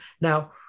Now